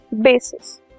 bases